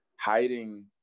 hiding